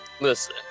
Listen